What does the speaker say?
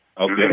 Okay